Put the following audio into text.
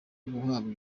guhabwa